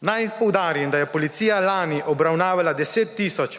Naj poudarim, da je policija lani obravnavala 10 tisoč